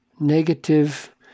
negative